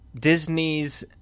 Disney's